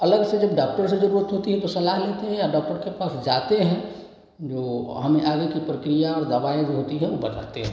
अलग से जब डाक्टर से ज़रूरत होती है तो सलाह लेते हैं या डॉक्टर के पास जाते हैं जो हमें आगे की प्रक्रिया और दवाइयाँ जो होती हैं वे बताते हैं